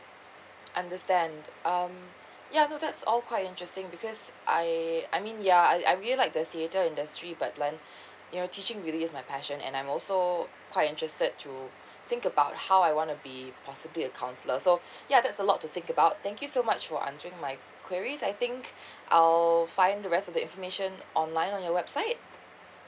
understand um yup I feel that's all quite interesting because I I mean ya I I really like the theater industry but then you know teaching really is my passion and I'm also quite interested to think about how I wanna be possibly a counselor so ya that's a lot to think about thank you so much for answering my queries I think I'll find the rest of the information online on your website